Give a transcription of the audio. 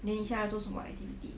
then 你现在做什么